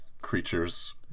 creatures